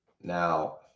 Now